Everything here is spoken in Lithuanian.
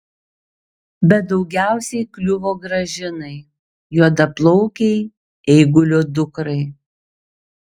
bet daugiausiai kliuvo gražinai juodaplaukei eigulio dukrai